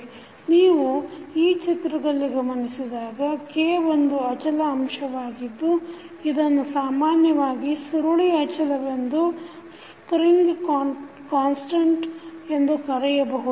ನೀವು ಈ ಚಿತ್ರವನ್ನು ಗಮನಿಸಿದಾಗ K ಒಂದು ಅಚಲ ಅಂಶವಾಗಿದ್ದು ಇದನ್ನು ಸಾಮಾನ್ಯವಾಗಿ ಸುರುಳಿ ಅಚಲ ವೆಂದು ಕರೆಯಬಹುದು